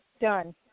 Done